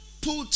Put